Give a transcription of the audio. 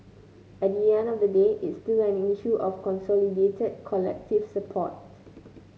at the end of the day it's still an issue of consolidated collective support